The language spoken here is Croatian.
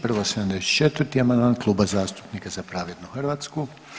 Prvo 74. amandman Kluba zastupnika Za pravednu Hrvatsku.